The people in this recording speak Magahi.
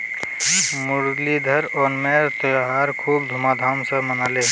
मुरलीधर ओणमेर त्योहार खूब धूमधाम स मनाले